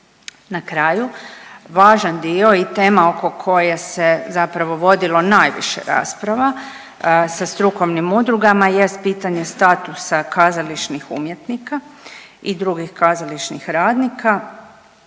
Na kraju važan dio i tema oko koje se zapravo vodilo najviše rasprava sa strukovnim udrugama jest pitanje statusa kazališnih umjetnika i drugih kazališnih radnika.